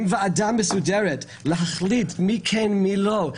עם ועדה מסודרת להחליט מי כן ומי לא.